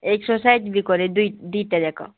exercise ବି କରେ ଦୁଇଟା ଯାକ